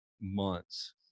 months